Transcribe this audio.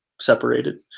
separated